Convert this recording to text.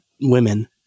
women